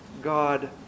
God